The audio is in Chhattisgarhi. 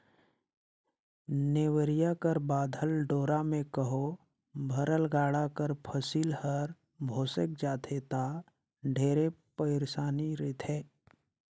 नेवरिया कर बाधल डोरा मे कहो भरल गाड़ा कर फसिल हर भोसेक जाथे ता ढेरे पइरसानी रिथे